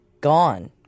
gone